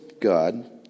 God